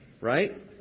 right